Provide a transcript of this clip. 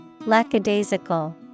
Lackadaisical